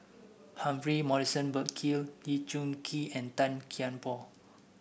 Humphrey Morrison Burkill Lee Choon Kee and Tan Kian Por